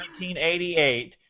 1988